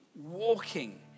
walking